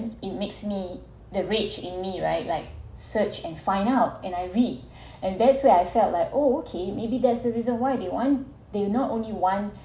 it makes me the rich in me right like search and find out and I read and that's where I felt like oh okay maybe that's the reason why they want they not only one